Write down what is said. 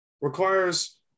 requires